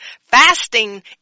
Fasting